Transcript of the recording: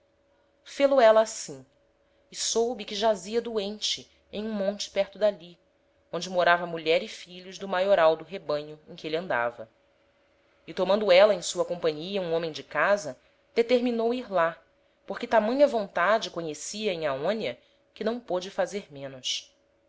fel-o éla assim e soube que jazia doente em um monte perto d'ali onde morava a mulher e filhos do maioral do rebanho em que êle andava e tomando éla em sua companhia um homem de casa determinou ir lá porque tamanha vontade conhecia em aonia que não pôde fazer menos